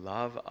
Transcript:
Love